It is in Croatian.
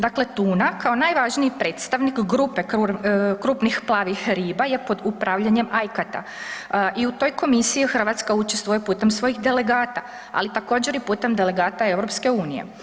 Dakle, tuna kao najvažniji predstavnik grupe krupnih plavih riba je pod upravljanjem ICCAT-a i u toj komisiji Hrvatska učestvuje putem svojih delegata, ali također i putem delegata EU.